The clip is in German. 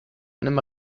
einem